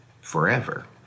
forever